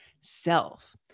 self